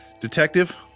detective